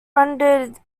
rendered